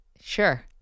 Sure